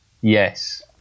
Yes